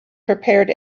prepared